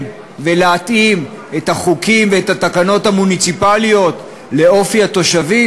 ולהתאים את החוקים ואת התקנות המוניציפליות לאופי התושבים?